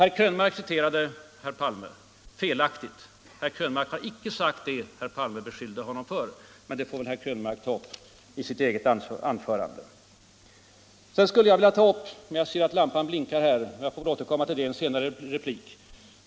Herr Krönmark citerades felaktigt av herr Palme. Herr Krönmark har inte sagt det som herr Palme beskyllde honom för, men det får väl herr Krönmark ta upp i sitt eget anförande. Sedan skulle jag vilja ta upp ytterligare en fråga, men jag ser att lampan blinkar, så jag får återkomma till det i en senare replik.